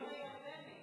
הפתרון הירדני.